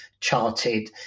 charted